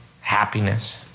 happiness